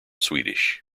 swedish